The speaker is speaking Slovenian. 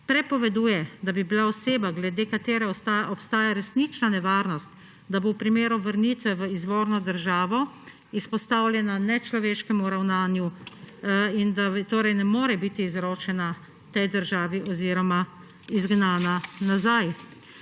prepoveduje, da oseba, glede katere obstaja resnična nevarnost, da bo v primeru vrnitve v izvorno državo izpostavljena nečloveškemu ravnanju, ne more biti izročena tej državi oziroma izgnana nazaj.